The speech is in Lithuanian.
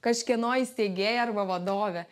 kažkieno įsteigėja arba vadove